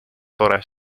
tore